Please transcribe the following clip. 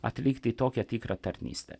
atlikti į tokią tikrą tarnystę